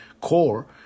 core